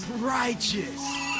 Righteous